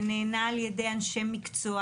ונענה על ידי אנשי מקצוע.